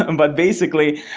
ah and but basically,